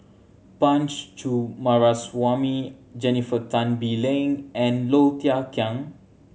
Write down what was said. Punch Coomaraswamy Jennifer Tan Bee Leng and Low Thia Khiang